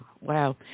Wow